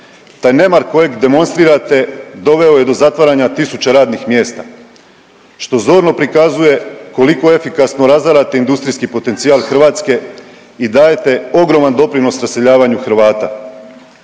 Taj nemar kojeg demonstrirate doveo je do zatvaranja tisuća radnih mjesta što zorno prikazuje koliko efikasno razarate industrijski potencijal Hrvatske i dajete ogroman doprinos raseljavanju Hrvata.